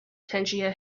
tangier